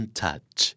touch